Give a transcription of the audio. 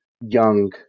young